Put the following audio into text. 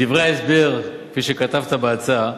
בדברי ההסבר, כפי שכתבת בהצעה,